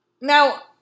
Now